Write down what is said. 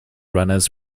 runners